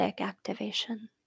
activation